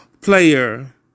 player